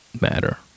matter